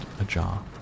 ajar